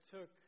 took